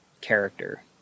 character